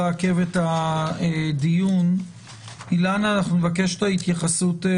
אנחנו נבקש את התייחסותך